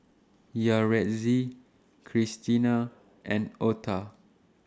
Yaretzi Cristina and Otha